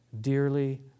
Dearly